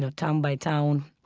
so town by town,